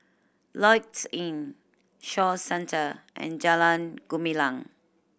Lloyds Inn Shaw Centre and Jalan Gumilang